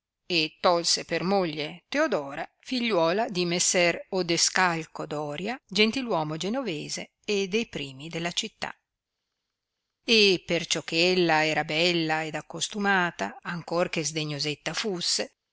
e tolse per moglie teodora figliuola di messer odescalco doria gentiluomo genovese e de primi della città e perciò che ella era bella ed accostumata ancor che sdegnosetta fusse